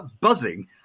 buzzing